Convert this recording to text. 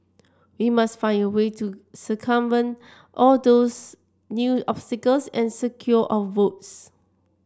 we must find a way to circumvent all those new obstacles and secure our votes